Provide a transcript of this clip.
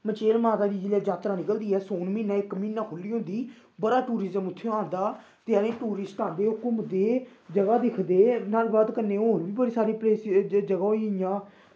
मचेल माता दी जेल्लै जात्तरा निकलदी ऐ सौन म्हीनै इक म्हीना खुल्ली होंदी बड़ा टूरिज़म उत्थै आंदा ते जानी टूरिस्ट आंदे ओह् घूमदे जगह दिक्खदे नाह्ड़े बाद कन्नै होर बी बड़ी सारी पलेसिस जगह होई गेियां